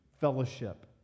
fellowship